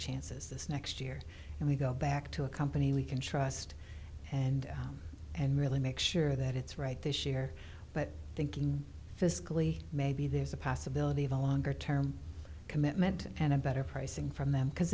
chances this next year and we go back to a company we can trust and and really make sure that it's right this year but thinking fiscally maybe there's a possibility of a longer term commitment and a better pricing from them because